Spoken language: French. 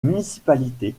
municipalité